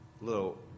little